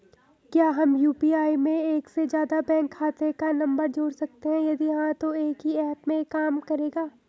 क्या हम यु.पी.आई में एक से ज़्यादा बैंक खाते का नम्बर जोड़ सकते हैं यदि हाँ तो एक ही ऐप में काम करेगा?